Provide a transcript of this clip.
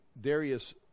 Darius